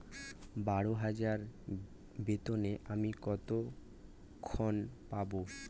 বারো হাজার বেতনে আমি কত ঋন পাব?